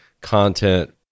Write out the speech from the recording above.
content